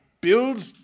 build